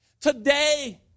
today